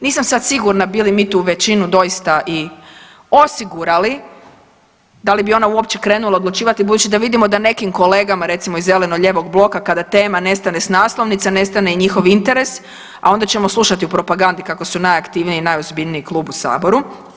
Nisam sad sigurna bi li mi tu većinu doista i osigurali, da li bi ona uopće krenula odlučivati budući da vidimo da nekim kolegama, recimo iz Zeleno-lijevog bloka kada tema nestane sa naslovnice nestane i njihov interes, a onda ćemo slušati u propagandi kako su najaktivniji i najozbiljniji klub u Saboru.